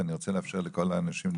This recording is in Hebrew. ואני רוצה לאפשר לכל האנשים.